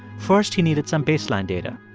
first, he needed some baseline data.